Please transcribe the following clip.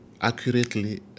Accurately